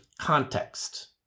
context